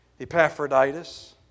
Epaphroditus